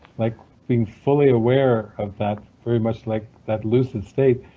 like being fully aware of that, very much like that lucid state,